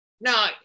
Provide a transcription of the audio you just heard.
no